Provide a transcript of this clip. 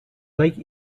like